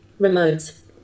Remotes